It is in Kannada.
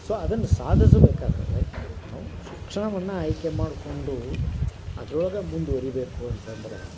ಸೊ ಅದನ್ನು ಸಾಧಿಸ್ಬೇಕಾದರೆ ನಾವು ಶಿಕ್ಷಣವನ್ನು ಆಯ್ಕೆ ಮಾಡಿಕೊಂಡು ಅದ್ರೊಳಗೆ ಮುಂದುವರಿಬೇಕು ಅಂತಂದರೆ